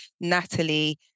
Natalie